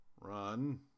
run